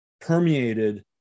permeated